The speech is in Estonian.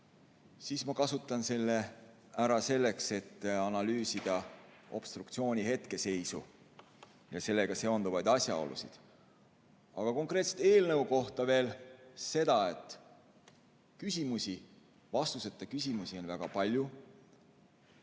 siis ma kasutan selle ära selleks, et analüüsida obstruktsiooni hetkeseisu ja sellega seonduvaid asjaolusid. Aga konkreetse eelnõu kohta veel seda, et vastuseta küsimusi on väga palju.